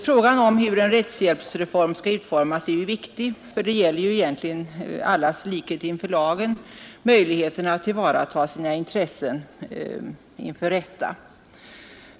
Frågan om hur en rättshjälpsreform skall utformas är viktig för det gäller ju egentligen allas likhet inför lagen, möjligheterna att tillvarata sina intressen inför rätta.